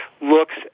looks